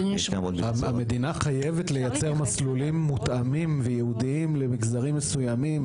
המדינה חייבת לייצר מסלולים מותאמים וייעודיים למגזרים מסוימים,